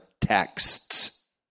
texts